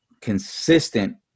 consistent